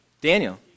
Daniel